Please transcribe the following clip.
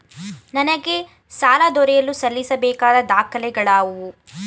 ನನಗೆ ಸಾಲ ದೊರೆಯಲು ಸಲ್ಲಿಸಬೇಕಾದ ದಾಖಲೆಗಳಾವವು?